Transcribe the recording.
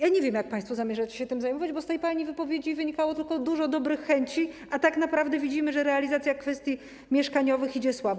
Ja nie wiem, jak państwo zamierzacie się tym zajmować, bo z tej pani wypowiedzi wynikało tylko dużo dobrych chęci, a tak naprawdę widzimy, że realizacja kwestii mieszkaniowych idzie słabo.